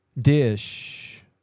dish